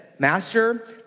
Master